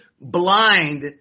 blind